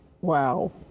Wow